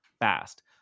fast